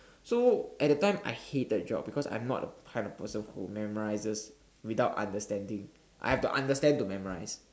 so at the time I hated geog because I'm not the kind of person who memorizes without understanding I have to understand to memorize